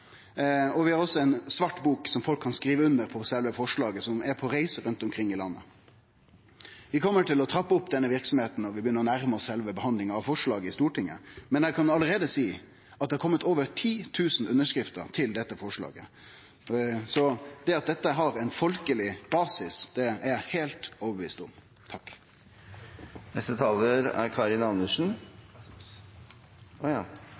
Vi har også ei svart bok der folk kan skrive under på sjølve forslaget, som er på reise rundt omkring i landet. Vi kjem til å trappe opp denne verksemda når sjølve behandlinga av forslaget i Stortinget nærmar seg, men eg kan allereie seie at det er kome over 10 000 underskrifter på dette forslaget. Så at dette har ein folkeleg basis, er eg heilt overtydd om. Neste taler er representanten Karin Andersen.